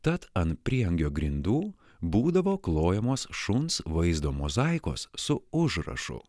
tad ant prieangio grindų būdavo klojamos šuns vaizdo mozaikos su užrašu